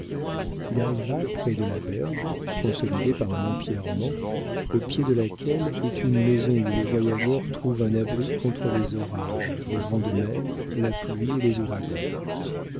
il arriva près de la berge consolidée par un empierrement au pied de laquelle est une maison où les voyageurs trouvent un abri contre les orages les vents de mer la pluie et les ouragans